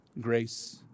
Grace